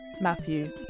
Matthew